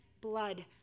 blood